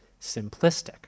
simplistic